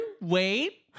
wait